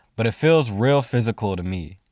but it feels real physical to me.